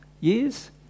years